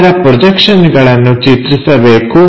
ಇದರ ಪ್ರೊಜೆಕ್ಷನ್ಗಳನ್ನು ಚಿತ್ರಿಸಬೇಕು